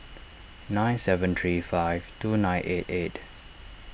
nine seven three five two nine eight eight